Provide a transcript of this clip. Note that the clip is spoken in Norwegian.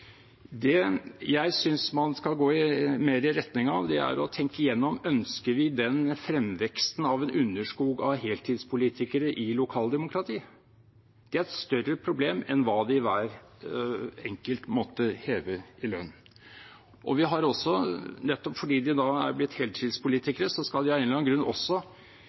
Det jeg synes man skal gå mer i retning av, er å tenke gjennom: Ønsker vi den fremveksten av en underskog av heltidspolitikere i lokaldemokratiet? Det er et større problem enn hva hver enkelt av dem måtte heve i lønn. Nettopp fordi de da er blitt heltidspolitikere, skal de av en eller annen grunn også